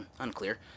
unclear